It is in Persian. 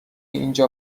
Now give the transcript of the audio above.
اینجا